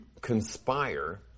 conspire